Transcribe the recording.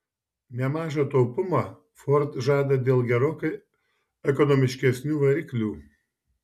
nemažą taupumą ford žada dėl gerokai ekonomiškesnių variklių